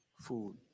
food